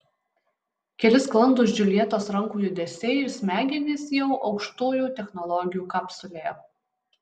keli sklandūs džiuljetos rankų judesiai ir smegenys jau aukštųjų technologijų kapsulėje